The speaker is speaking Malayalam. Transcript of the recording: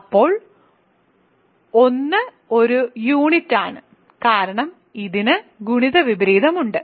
അപ്പോൾ 1 ഒരു യൂണിറ്റ് ആണ് കാരണം ഇതിന് ഗുണിത വിപരീതമുണ്ട്